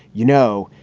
you know,